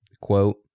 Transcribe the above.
quote